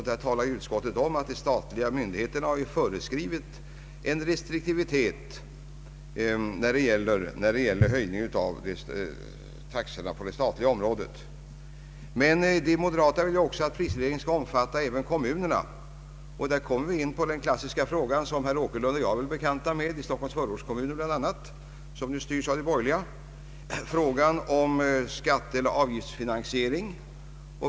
Där talar utskottet om att de statliga myndigheterna har föreskrivit restriktivitet när det gäller höjningen av taxorna på det statliga området. Men de moderata vill också att prisregleringen skall omfatta även kommunerna. Här kommer vi in på den klassiska frågan, som herr Åkerlund och jag är bekanta med, bl.a. i Stockholms förortskommuner som ju styrs av de borgerliga — frågan om skatteeller avgiftsfinansiering.